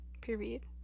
Period